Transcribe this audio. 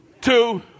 two